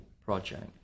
project